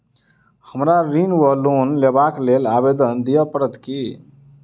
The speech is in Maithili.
हमरा ऋण वा लोन लेबाक लेल आवेदन दिय पड़त की?